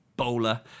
Bowler